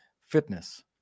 Fitness